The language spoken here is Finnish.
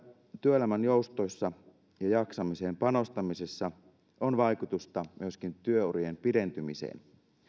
työelämän joustoilla ja jaksamiseen panostamisella on vaikutusta myöskin työurien pidentymiseen